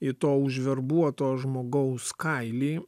į to užverbuoto žmogaus kailį